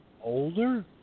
older